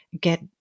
get